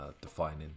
defining